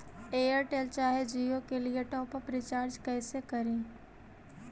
Airtel चाहे जियो के लिए टॉप अप रिचार्ज़ कैसे करी?